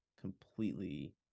completely